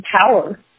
power